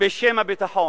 בשם הביטחון.